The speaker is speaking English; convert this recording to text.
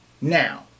Now